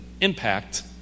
impact